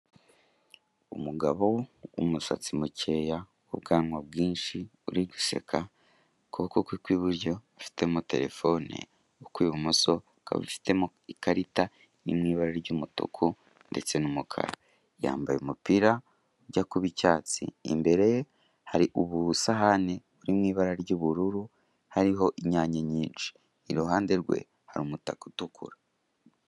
Umugabo w'umusatsi mukeya w'ubwanwa bwinshi uri guseka, ukuboko kw'iburyo afitemo telefone ukw'ibumoso akaba afitemo ikarita iri mw'ibara ry'umutuku ndetse n'umukara. Yambaye umupira ujya kuba icyatsi, imbere ye hari ubusahane buri mw'ibara ry'ubururu hariho inyanya nyinshi, iruhande rwe hari umutaka utukura.